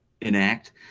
enact